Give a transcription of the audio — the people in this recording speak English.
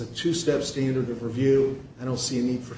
a two step standard of review i don't see a need for